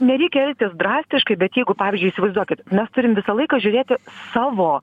nereikia elgtis drastiškai bet jeigu pavyzdžiui įsivaizduokit mes turim visą laiką žiūrėti savo